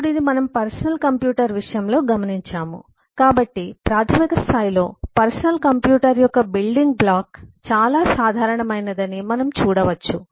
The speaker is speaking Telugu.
ఇప్పుడు ఇది మనం పర్సనల్ కంప్యూటర్ విషయంలో గమనించాము కాబట్టి ప్రాథమిక స్థాయిలో పర్సనల్ కంప్యూటర్ యొక్క బిల్డింగ్ బ్లాక్ చాలా సాధారణమైనదని మనం చూడవచ్చు